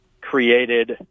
created